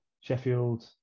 Sheffield